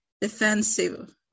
defensive